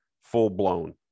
full-blown